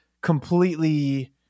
completely